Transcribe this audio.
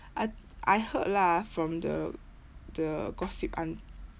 I I heard lah from the the gossip aunt~